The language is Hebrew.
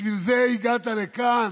בשביל זה הגעת לכאן?